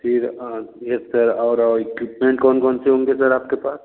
ठीक है yes sir और और इक्विपमेंट कौन कौन से होंगे सर आपके पास